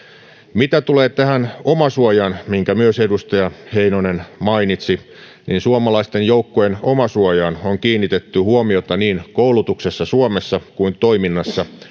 mitä tulee tähän omasuojaan minkä myös edustaja heinonen mainitsi niin suomalaisten joukkojen omasuojaan on kiinnitetty huomiota niin koulutuksessa suomessa kuin toiminnassa